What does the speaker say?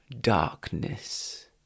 darkness